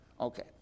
Okay